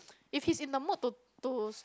if he's in the mood to to